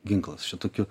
ginklas šitokių